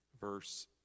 verse